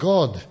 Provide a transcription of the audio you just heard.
God